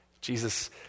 Jesus